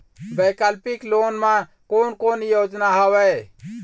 वैकल्पिक लोन मा कोन कोन योजना हवए?